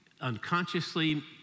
unconsciously